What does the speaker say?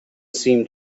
seemed